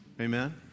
Amen